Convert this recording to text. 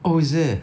oh is it